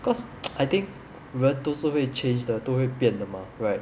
because I think 人都是会 change 的都会变得 mah right